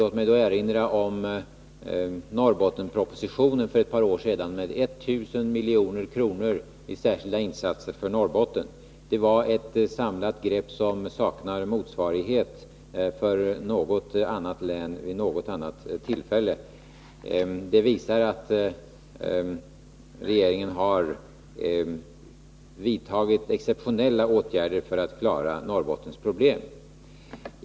Låt mig då erinra om Norrbottenspropositionen, som lades för ett par år sedan och som gav 1 000 milj.kr. till särskilda insatser för Norrbotten. Det var ett samlat grepp som saknar motsvarighet vad gäller något annat län vid något annat tillfälle. Det visar att regeringen har vidtagit exceptionella åtgärder för att klara Norrbottens problem.